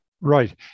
Right